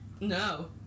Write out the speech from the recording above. no